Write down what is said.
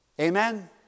amen